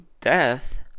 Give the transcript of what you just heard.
death